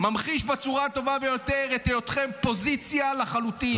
ממחיש בצורה הטובה ביותר את היותכם פוזיציה לחלוטין.